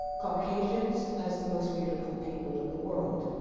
caucasians as the most beautiful people in the world.